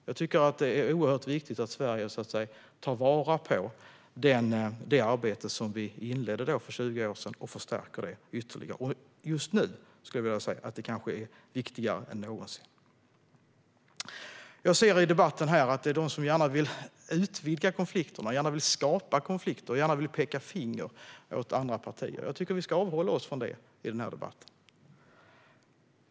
Jag tycker att det är oerhört viktigt att Sverige tar vara på det arbete som vi inledde för 20 år sedan och förstärker det ytterligare. Just nu kanske det är viktigare än någonsin. Jag hör i debatten här att det finns en del som gärna vill utvidga konflikterna, som gärna vill skapa konflikter och som gärna vill peka finger åt andra partier. Det tycker jag att vi ska avhålla oss från i denna debatt.